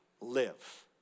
live